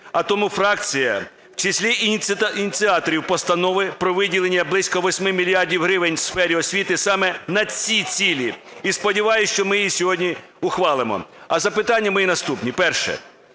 А тому фракція в числі ініціаторів Постанови про виділення близько 8 мільярдів гривень в сфері освіти саме на ці цілі. І сподіваюсь, що ми її сьогодні ухвалимо. А запитання мої наступні. Перше.